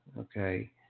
okay